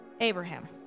Abraham